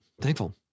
thankful